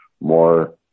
more